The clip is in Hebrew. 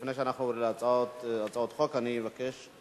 לפני שנעבור להצעות החוק אני אבקש,